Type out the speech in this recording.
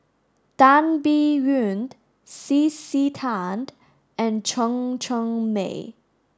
Tan Biyun C C Tan and Chen Cheng Mei